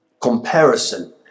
comparison